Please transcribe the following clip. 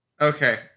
Okay